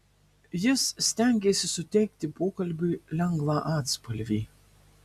jis stengėsi suteikti pokalbiui lengvą atspalvį